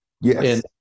Yes